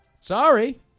Sorry